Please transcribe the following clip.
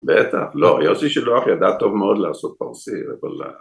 בטח, לא, יוסי שילוח ידע טוב מאוד לעשות פרסי, אבל ה...